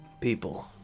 people